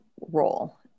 role